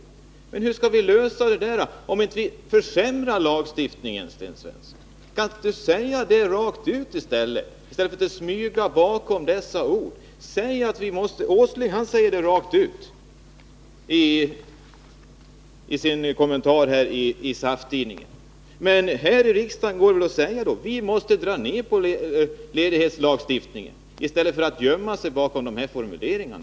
Men hur skall vi kunna lösa problemen, Sten Svensson, om vi inte försämrar lagstiftningen? Kan ni inte tala rakt ut i stället för att smyga bakom orden? Nils Åsling talar rakt ut i sin kommentar i SAF-tidningen. Men här i riksdagen går det väl att säga att vi måste dra ned på våra anspråk när det gäller ledighetslagstiftningen i stället för att gömma sig bakom sådana där formuleringar.